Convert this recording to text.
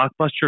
Blockbuster